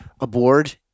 aboard